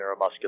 neuromuscular